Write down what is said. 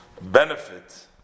benefit